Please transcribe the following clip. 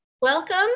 Welcome